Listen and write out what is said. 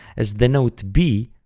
as the note b,